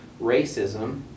racism